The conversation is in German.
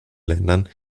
ländern